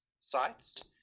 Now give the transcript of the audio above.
sites